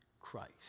Christ